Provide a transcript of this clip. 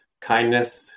kindness